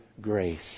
grace